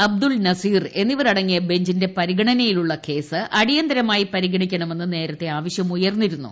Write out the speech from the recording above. അബ്ദുൾ നസീർ എന്നിവരടങ്ങിയ ബെഞ്ചിന്റെ പരിഗണനയിലുള്ള കേസ് അടിയന്തരമായി പരിഗണിക്കണമെന്ന് നേരത്തെ ആവശ്യം ഉയർന്നിരുന്നു